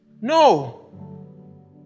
No